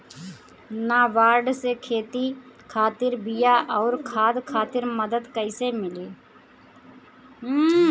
नाबार्ड से खेती खातिर बीया आउर खाद खातिर मदद कइसे मिली?